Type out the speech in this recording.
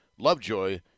Lovejoy